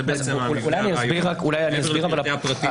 אני אסביר את הרקע.